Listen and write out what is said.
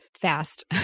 fast